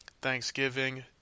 Thanksgiving